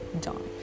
dawn